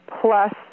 plus